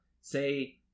say